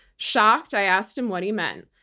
shocked, i asked him what he meant,